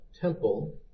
temple